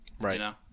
Right